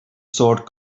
sword